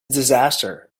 disaster